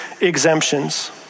exemptions